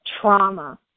trauma